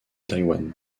taïwan